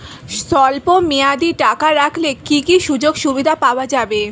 স্বল্পমেয়াদী টাকা রাখলে কি কি সুযোগ সুবিধা পাওয়া যাবে?